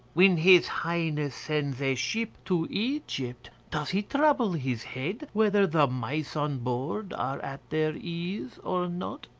when his highness sends a ship to egypt, does he trouble his head whether the mice on board are at their ease or not?